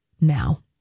now